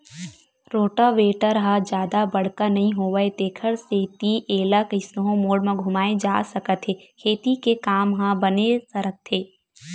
rotavator ह जादा बड़का नइ होवय तेखर सेती एला कइसनो मोड़ म घुमाए जा सकत हे खेती के काम ह बने सरकथे